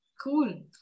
cool